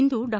ಇಂದು ಡಾ